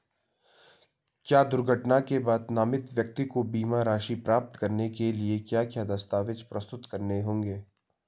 क्या दुर्घटना के बाद नामित व्यक्ति को बीमा राशि प्राप्त करने के लिए क्या क्या दस्तावेज़ प्रस्तुत करने होंगे?